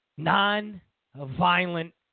Non-violent